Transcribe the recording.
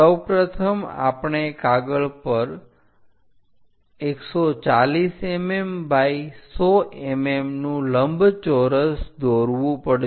સૌપ્રથમ આપણે કાગળ પર 140 mm 100 mm નું લંબચોરસ દોરવું પડશે